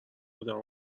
آدم